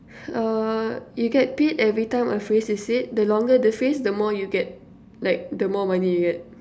uh you get paid every time a phrase is said the longer the phrase the more you get like the more money you get